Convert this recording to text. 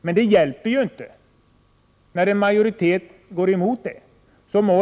Men det hjälper inte när en majoritet går emot dem.